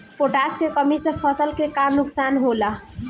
Potash के कमी से फसल के का नुकसान होला?